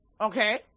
Okay